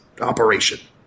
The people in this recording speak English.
operation